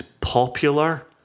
popular